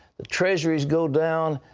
the treasuries go down.